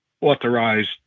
authorized